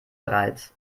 bereits